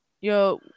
Yo